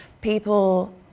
people